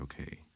okay